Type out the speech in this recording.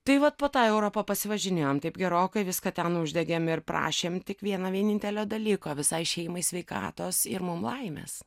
tai vat po tą europą pasivažinėjom taip gerokai viską ten uždegėm ir prašėm tik vieno vienintelio dalyko visai šeimai sveikatos ir mum laimės